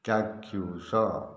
ଚାକ୍ଷୁଷ